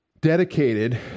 dedicated